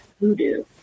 voodoo